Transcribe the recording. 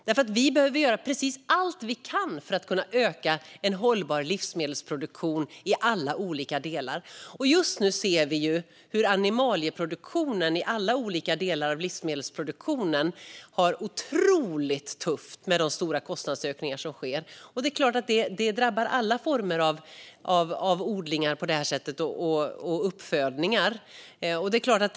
Vi behöver göra precis allt vi kan för att kunna öka en hållbar livsmedelsproduktion i alla olika delar. Just nu ser vi hur animalieproduktionen i alla olika delar av livsmedelsproduktionen har det otroligt tufft med de stora kostnadsökningar som sker. Det är klart att det drabbar alla former av odlingar och uppfödningar.